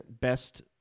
best